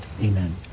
Amen